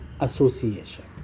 Association